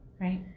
right